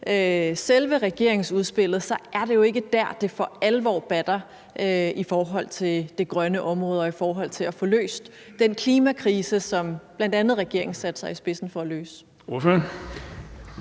selve regeringsudspillet, jo så ikke er der, det for alvor batter i forhold til det grønne område og i forhold til at få løst den klimakrise, som regeringen bl.a. satte sig i spidsen for at løse?